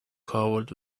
covered